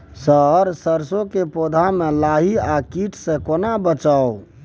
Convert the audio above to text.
Sir सरसो के पौधा में लाही आ कीट स केना बचाऊ?